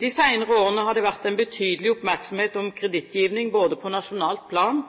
De senere årene har det vært en betydelig oppmerksomhet om